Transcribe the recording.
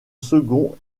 second